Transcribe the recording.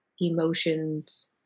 emotions